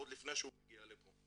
עוד לפני שהוא מגיע לפה.